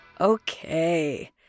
Okay